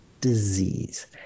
disease